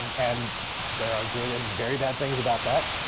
and there are good and very bad things about that.